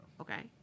Okay